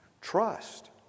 Trust